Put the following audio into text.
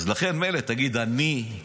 לכן מילא תגיד: אני,